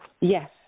Yes